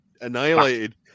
annihilated